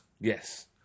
Yes